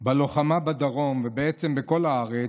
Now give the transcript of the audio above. על הלוחמה בדרום, ובעצם בכל הארץ,